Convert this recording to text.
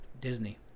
Disney